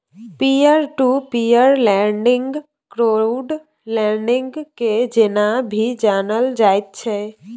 peer to peer lending crowd lending के जेना भी जानल जाइत छै